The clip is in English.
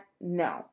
No